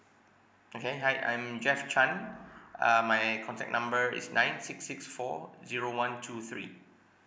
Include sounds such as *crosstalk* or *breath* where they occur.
okay hi I'm jeff chan *breath* uh my contact number is nine six six four zero one two three